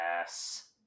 Yes